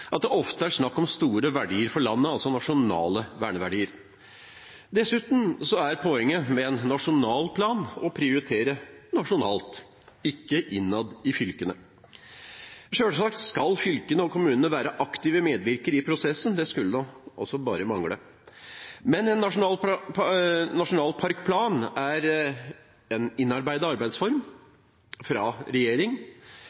at det ofte er snakk om store verdier for landet, altså nasjonale verneverdier. Dessuten er poenget med en nasjonalplan å prioritere nasjonalt, ikke innad i fylkene. Selvsagt skal fylkene og kommunene være aktivt medvirkende i prosessen, det skulle bare mangle, men en nasjonalparkplan er en innarbeidet arbeidsform fra regjeringen, det er